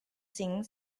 singing